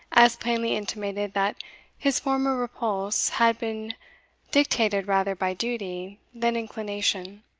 as plainly intimated that his former repulse had been dictated rather by duty than inclination.